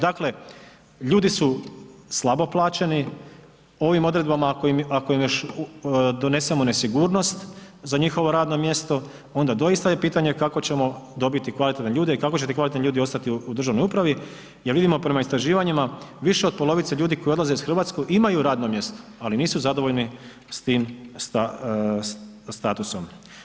Dakle, ljudi su slabo plaćeni, ovim odredbama ako im još donesemo nesigurnost za njihovo radno mjesto onda doista je pitanje kako ćemo dobiti kvalitetne ljude i kako će ti kvalitetni ljudi ostati u državnoj upravi jer vidimo prema istraživanjima, više od polovice ljudi koji odlaze iz Hrvatske imaju radno mjesto ali nisu zadovoljni s tim statusom.